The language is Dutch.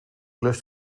lust